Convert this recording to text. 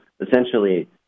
Essentially